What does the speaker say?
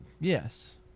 Yes